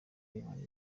inkoni